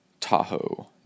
Tahoe